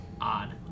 odd